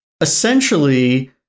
essentially